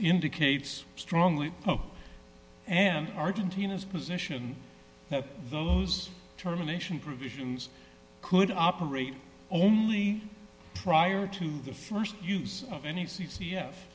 indicates strongly and argentina's position that those terminations provisions could operate only prior to the st use of any c